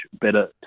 better